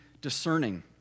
discerning